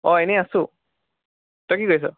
অঁ এনে আছোঁ তই কি কৰিছ